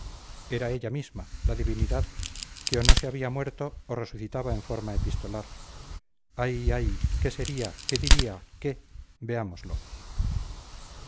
era ella misma la divinidad que o no se había muerto o resucitaba en forma epistolar ay ay qué sería qué diría qué veámoslo